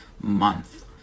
month